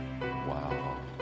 Wow